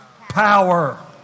power